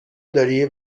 داری